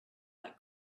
like